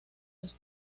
los